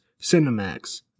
cinemax